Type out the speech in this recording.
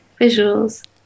visuals